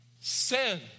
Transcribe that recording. sin